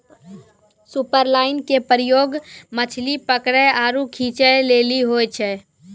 superline के प्रयोग मछली पकरै आरु खींचै लेली होय छै